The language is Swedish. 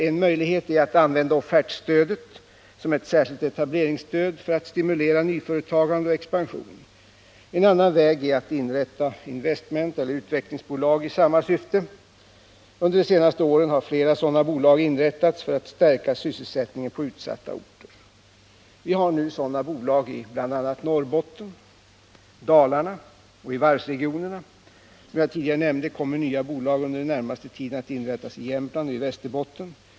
En möjlighet är att använda offertstödet som ett särskilt etableringsstöd för att stimulera nyföretagande och expansion. En annan väg är att inrätta investmenteller utvecklingsbolag i samma syfte. Under de senaste åren har flera sådana bolag inrättats för att stärka sysselsättningen på utsatta orter. Vi har nu sådana bolag i bl.a. Norrbotten, Dalarna och varvsregionerna. Som jag tidigare nämnde, kommer nya bolag under den närmaste tiden att inrättas i Jämtland och Västerbotten.